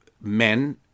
men